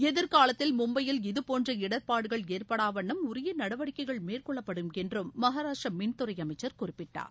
எதிர்காலத்தில் மும்பையில் இதுபோன்ற இடர்பாடுகள் ஏற்படாவண்ணம் உரிய நடவடிக்கைகள் மேற்கொள்ளப்படும் என்றும் மகாராஷ்டிரா மின்துறை அமைச்சர் குறிப்பிட்டார்